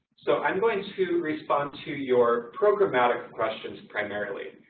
so i'm going to respond to your programmatic questions primarily.